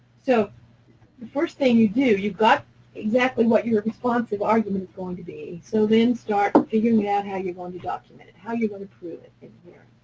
so the first thing you do, you've got exactly what your responsive argument is going to be, so then start figuring out how you're going to document it, how you're going to prove it in here.